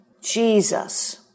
Jesus